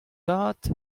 tad